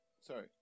Sorry